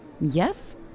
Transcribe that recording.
Yes